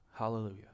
Hallelujah